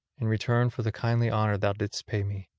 in return for the kindly honour thou didst pay me.